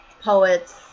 poets